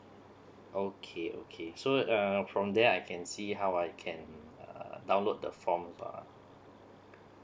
okay okay so err from there I can see how I can err download the form uh